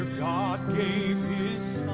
god gave